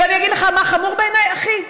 ואני אגיד לך מה חמור בעיניי, אחי?